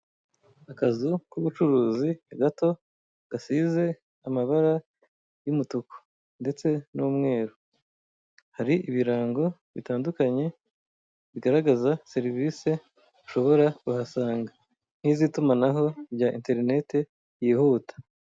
Akazu k'ubucuruzi gato gasize amabara y'umutuku ndetse n'umweru, hari ibirango bitandukanye bigaragaza serivise ushobora kuhasanga nk'izitumanaho rya enterinete yihuta.